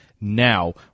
Now